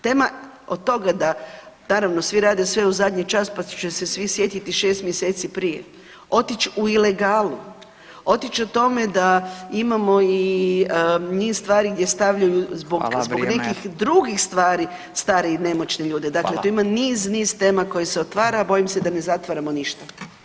Tema od toga da naravno svi rade sve u zadnji čas pa će se svi sjetiti šest mjeseci prije otić u ilegalu, otić u tome da imamo niz stvari gdje stavljaju zbog nekih drugih [[Upadica Radin: Hvala, vrijeme.]] stvari stare i nemoćne ljude [[Upadica Radin: Hvala.]] dakle, tu ima niz, niz tema koje se otvara, a bojim se da ne zatvaramo ništa.